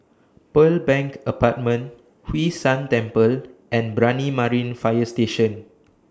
Pearl Bank Apartment Hwee San Temple and Brani Marine Fire Station